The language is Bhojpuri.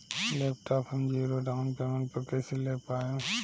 लैपटाप हम ज़ीरो डाउन पेमेंट पर कैसे ले पाएम?